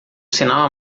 sinal